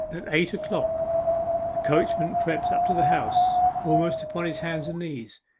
at eight o'clock the coachman crept up to the house almost upon his hands and knees,